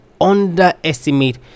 underestimate